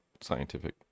scientific